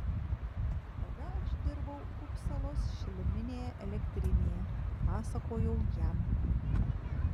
tada aš dirbau upsalos šiluminėje elektrinėje pasakojau jam